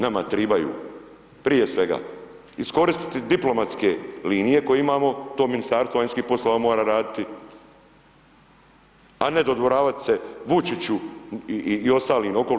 Nama trebaju prije svega iskoristiti diplomatske linije koje imamo to Ministarstvo vanjskih poslova mora raditi a ne dodvoravati se Vučiću i ostalim okolo.